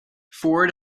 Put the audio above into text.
ford